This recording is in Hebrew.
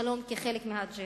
השלום כחלק מהאג'נדה.